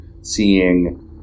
seeing